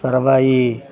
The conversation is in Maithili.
सर्वे ई